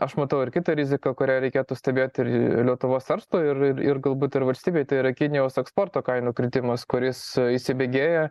aš matau ir kitą riziką kurią reikėtų stebėti ir lietuvos verslui ir ir galbūt ir valstybei tai yra kinijos eksporto kainų kritimas kuris įsibėgėja